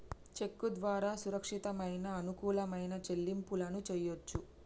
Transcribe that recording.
చెక్కు ద్వారా సురక్షితమైన, అనుకూలమైన చెల్లింపులను చెయ్యొచ్చు